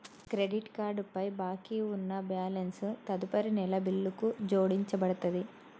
credit card పై బాకీ ఉన్న బ్యాలెన్స్ తదుపరి నెల బిల్లుకు జోడించబడతది